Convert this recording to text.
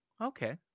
Okay